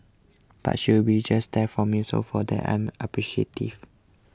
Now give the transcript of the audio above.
but she'll be just there for me so for that I'm appreciative